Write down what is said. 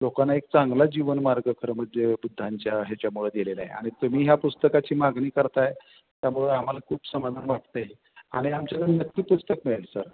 लोकांना एक चांगला जीवन मार्ग खरं म्हणजे बुद्धांच्या ह्याच्यामुळे दिलेलं आहे आणि तुम्ही ह्या पुस्तकाची मागणी करत आहे त्यामुळे आम्हाला खूप समाधान वाटते आणि आमच्याकडे नक्की पुस्तक मिळेल सर